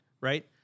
right